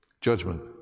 Judgment